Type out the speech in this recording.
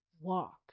walk